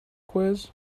quiz